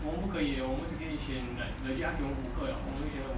situation